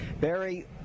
Barry